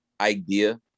idea